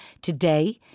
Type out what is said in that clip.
Today